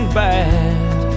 bad